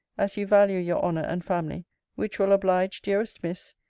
as you valew your honour and familly which will oblidge, dearest miss,